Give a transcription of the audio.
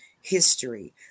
history